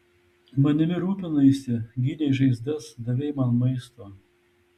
manimi rūpinaisi gydei žaizdas davei man maisto